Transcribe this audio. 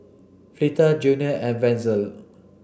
Fleta Junia and Wenzel